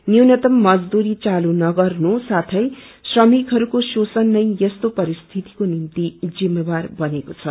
न्यूनतम मजदूरी चालू नगर्न साथै श्रमिकहरूको शोषण नै यस्तो परिस्थितिको निम्ति जिम्मेवार बनेको छ